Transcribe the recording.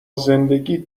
زندگیت